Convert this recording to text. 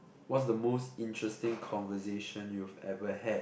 what's the most interesting conversation you've ever had